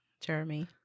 Jeremy